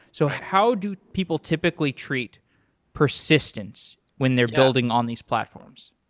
so how do people typically treat persistence when they're building on these platforms?